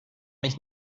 mich